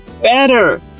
better